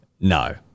No